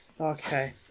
okay